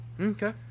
Okay